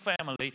family